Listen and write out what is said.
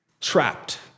Trapped